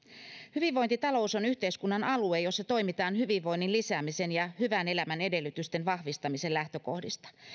hyvinvointitalous on yhteiskunnan alue jossa toimitaan hyvinvoinnin lisäämisen ja hyvän elämän edellytysten vahvistamisen lähtökohdista